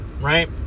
right